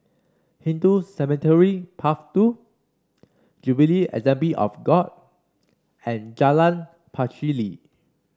Hindu Cemetery Path Two Jubilee Assembly of God and Jalan Pacheli